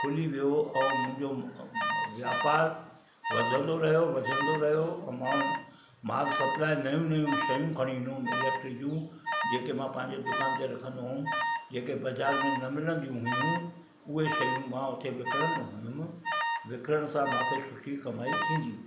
खुली वियो ऐं मुंहिंजो वापार वधंदो रहियो वधंदो रहियो ऐं मां माल सप्लाए नयूं नयूं शयूं खणी ईंदो हुयुमि जियूं जेके मां पंहिंजे दुकानु ते रखंदो हुयुमि जेके बाज़ारि में न मिलंदियूं हुइयूं उहे शयूं मां उते विकिणंदो हुयमि विकिरण सां मूंखे सुठी कमाई थींदी हुई